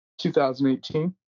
2018